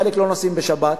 חלק לא נוסעים בשבת,